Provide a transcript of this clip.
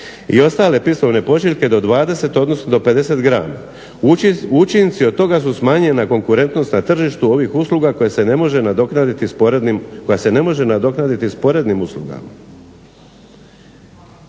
i ostale pismovne pošiljke do 20, odnosno do 50 grama. Učinci od toga su smanjena konkurentnost na tržištu ovih usluga koja se ne može nadoknaditi sporednim uslugama.